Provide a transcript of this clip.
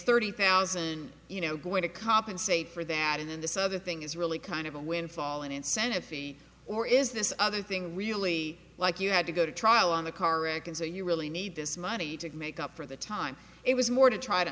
thirty thousand you know going to compensate for that and then this other thing is really kind of a windfall an incentive feet or is this other thing really like you had to go to trial on the car wreck and say you really need this money to make up for the time it was more to try to